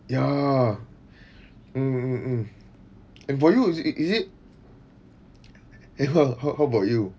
ya mm mm mm and for you it is it how how about you